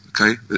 okay